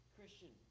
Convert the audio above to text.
Christian